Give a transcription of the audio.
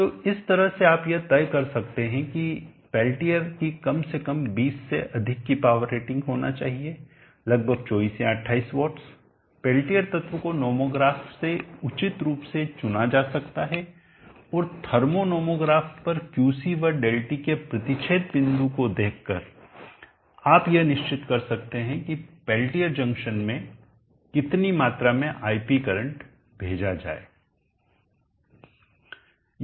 तो इस तरह से आप यह तय कर सकते हैं कि पेल्टियर की कम से कम 20 से अधिक की पावर रेटिंग होनी चाहिए लगभग 24 या 28 वाट्स पेल्टियर तत्व को नॉमोग्राफ से उचित रूप से चुना जा सकता है और थर्मो नॉमोग्राफ पर क्यूसी व ΔT के प्रतिच्छेद बिंदु को देखकर आप यह निश्चित कर सकते हैं कि पेल्टियर जंक्शन में कितनी मात्रा में iP करंट भेजा जाए